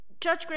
Judge